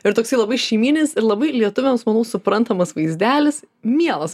ir toksai labai šeimyninis ir labai lietuviams manau suprantamas vaizdelis mielas